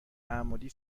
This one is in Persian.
تعمدی